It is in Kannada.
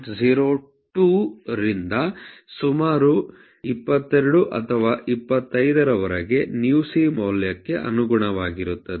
02 ರಿಂದ ಸುಮಾರು 22 ಅಥವಾ 25 ರವರೆಗೆ µc ಮೌಲ್ಯಕ್ಕೆ ಅನುಗುಣವಾಗಿರುತ್ತವೆ